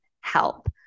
help